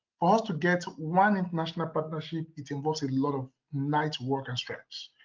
for us to get one international partnership. it involves a lot of nights, work, and stress.